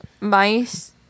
mice